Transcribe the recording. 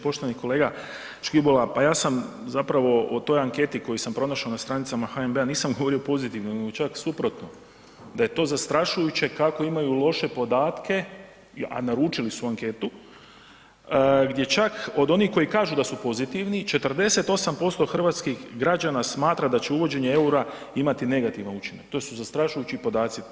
Poštovani kolega Škibola, pa ja sam zapravo o toj anketi koju sam pronašao na stranicama HNB-a, nisam govorio pozitivno nego čak suprotno, da je to zastrašujuće kako imaju loše podatke a naručili su anketu gdje čak od onih koji kažu da su pozitivni, 48% hrvatskih građana smatra da će uvođenje eura imati negativan učinak, to su zastrašujući podaci.